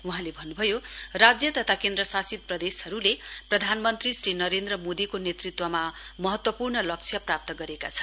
वहाँले भन्नुभयो राज्य तथा केन्द्रशासित प्रदेसहरूले प्रधानमन्त्री श्री नरेन्द्र मोदीको नेत्रृत्वमा महत्वपूर्ण लक्ष्य प्राप्त गरेका छन्